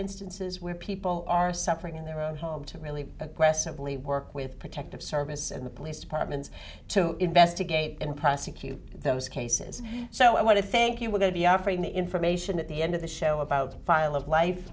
instances where people are suffering in their own home to really aggressively work with protective services and the police departments to investigate and prosecute those cases so i want to thank you we're going to be offering the information at the end of the show about violent life